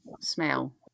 smell